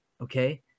okay